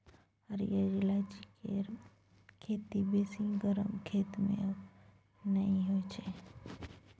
हरिहर ईलाइची केर खेती बेसी गरम खेत मे नहि होइ छै